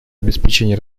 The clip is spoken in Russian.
обеспечение